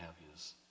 happiness